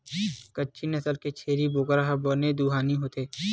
कच्छी नसल के छेरी बोकरा ह बने दुहानी होथे